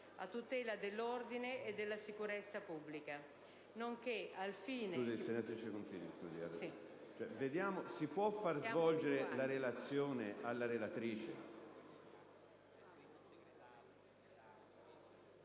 a tutela dell'ordine e della sicurezza pubblica...